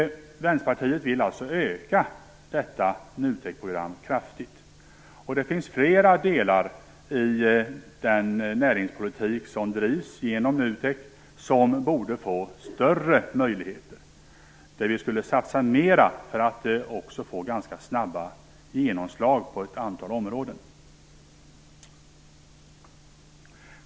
Vänsterpartiet vill alltså kraftigt utöka detta NUTEK program. Det finns flera delar i den näringspolitik som drivs genom NUTEK som borde få större möjligheter och där vi borde satsa mera för att uppnå snabba genomslag på ett antal områden.